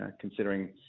considering